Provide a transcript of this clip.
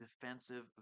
defensive